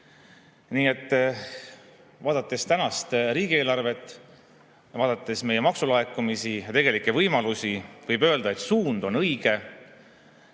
Nii et vaadates tänast riigieelarvet, vaadates meie maksulaekumisi ja tegelikke võimalusi, võib öelda, et suund on õige,